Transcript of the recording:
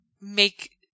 make